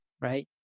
Right